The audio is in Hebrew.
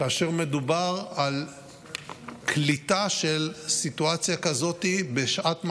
כאשר מדובר על קליטה של סיטואציה כזאת בשעת מעשה,